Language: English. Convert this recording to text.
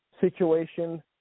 situation